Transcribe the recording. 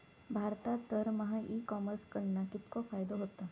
भारतात दरमहा e commerce कडणा कितको फायदो होता?